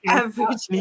average